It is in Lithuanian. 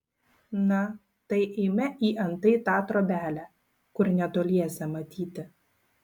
na tai eime į antai tą trobelę kur netoliese matyti